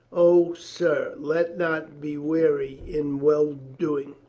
o, sir, let's not be weary in well doing.